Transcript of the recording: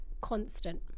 constant